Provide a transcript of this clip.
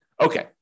Okay